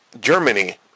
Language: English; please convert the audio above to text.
Germany